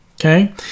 okay